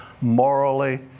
morally